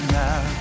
now